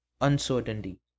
uncertainty